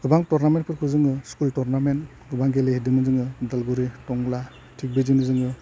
गोबां टरनामेन्टफोरखौ जोङो स्कुल टरनामेन्ट गोबां गेलेहैदोंमोन जोङो अदालगुरि थंला थिक बिदिनो जोङो